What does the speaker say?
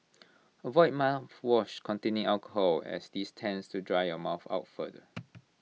avoid mouthwash containing alcohol as this tends to dry your mouth out further